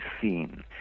seen